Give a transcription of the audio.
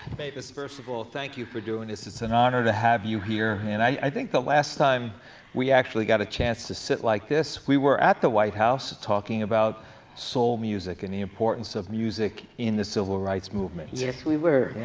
mavis, first of all, thank you for doing this, it's an honor to have you here, and i think the last time we actually got a chance to sit like this, we were at the white house talking about soul music and the importance of music in the civil rights music. yes, we were.